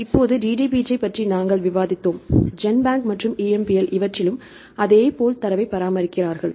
இப்போது DDBJ பற்றி நாங்கள் விவாதித்தோம் ஜென்பேங்க் மற்றும் EMBL இவற்றிலும் அதே போல் தரவை பராமரிக்கிறார்கள்